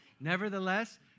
Nevertheless